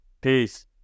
Peace